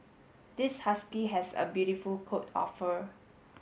this husky has a beautiful coat of fur